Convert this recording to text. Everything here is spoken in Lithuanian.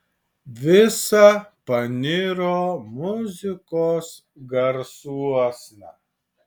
visa paniro muzikos garsuosna